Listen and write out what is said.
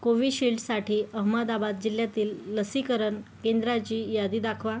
कोविशिल्डसाठी अहमदाबाद जिल्ह्यातील लसीकरण केंद्राची यादी दाखवा